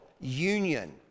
union